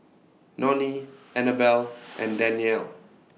Nonie Anabelle and Danyell